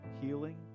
healing